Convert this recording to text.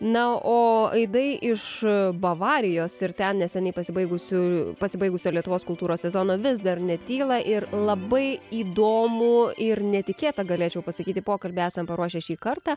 na o aidai iš bavarijos ir ten neseniai pasibaigusių pasibaigusio lietuvos kultūros sezono vis dar netyla ir labai įdomu ir netikėta galėčiau pasakyti pokalbį esam paruošę šį kartą